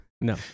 No